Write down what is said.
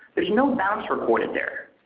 there is no bounce recorded there,